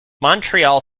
montreal